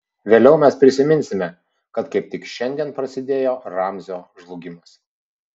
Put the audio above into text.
vėliau mes prisiminsime kad kaip tik šiandien prasidėjo ramzio žlugimas